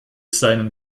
seinen